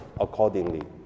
accordingly